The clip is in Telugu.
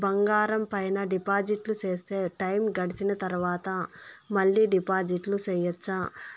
బంగారం పైన డిపాజిట్లు సేస్తే, టైము గడిసిన తరవాత, మళ్ళీ డిపాజిట్లు సెయొచ్చా?